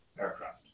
aircraft